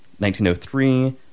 1903